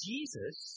Jesus